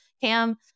Cam